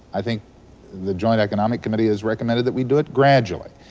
i think the joint economic committee has recommended that we do it gradually.